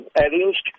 arranged